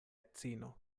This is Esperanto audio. edzino